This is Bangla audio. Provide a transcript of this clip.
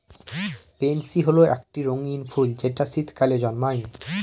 পেনসি হল একটি রঙ্গীন ফুল যেটা শীতকালে জন্মায়